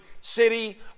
city